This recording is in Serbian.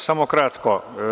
Samo kratko.